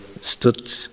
stood